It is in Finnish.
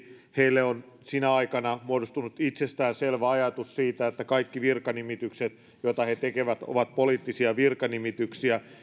heille on sinä aikana muodostunut itsestäänselvä ajatus siitä että kaikki virkanimitykset joita he tekevät ovat poliittisia virkanimityksiä